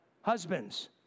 Husbands